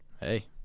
Hey